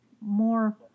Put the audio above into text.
more